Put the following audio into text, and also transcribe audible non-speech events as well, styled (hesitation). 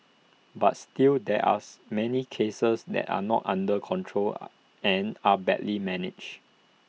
but still there us many cases that are not under control (hesitation) and are badly managed